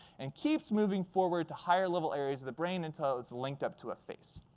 and keeps moving forward to higher level areas of the brain until it's linked up to a face.